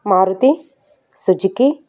Maruti Suzuki